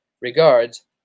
Regards